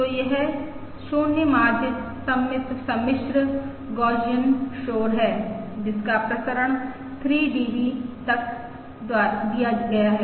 तो यह 0 माध्य सममित सम्मिश्र गौसियन शोर है जिसका प्रसरण 3 dB द्वारा दिया गया है